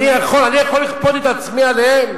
אני יכול לכפות את עצמי עליהם?